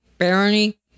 Barony